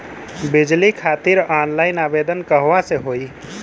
बिजली खातिर ऑनलाइन आवेदन कहवा से होयी?